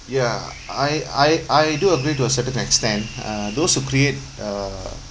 ya I I I do agree to a certain extent uh those who create uh